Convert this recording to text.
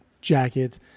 jacket